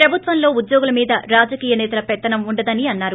ప్రభుత్వంలో ఉద్యోగుల మీద రాజకీయ నేతల పెత్తనం ఉండదని అన్నారు